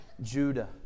Judah